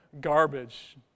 Garbage